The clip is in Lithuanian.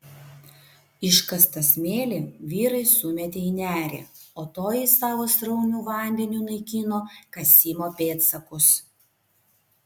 iškastą smėlį vyrai sumetė į nerį o toji savo srauniu vandeniu naikino kasimo pėdsakus